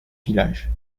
village